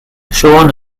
siôn